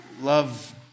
love